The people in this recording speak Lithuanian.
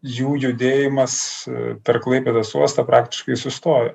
jų judėjimas per klaipėdos uostą praktiškai sustojo